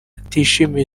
atishimiye